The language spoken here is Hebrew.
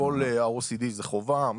בכל ה-OECD זה חובה.